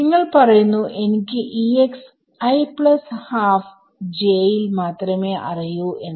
നിങ്ങൾ പറയുന്നു എനിക്ക് ൽ മാത്രമേ അറിയൂ എന്ന്